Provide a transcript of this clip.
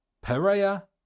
Perea